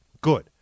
Good